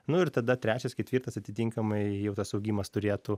nu ir tada trečias ketvirtas atitinkamai jau tas augimas turėtų